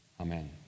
amen